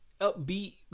upbeat